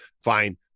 Fine